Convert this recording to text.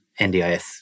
NDIS